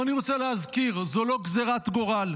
ואני רוצה להזכיר: זו לא גזרת גורל,